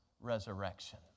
resurrection